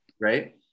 Right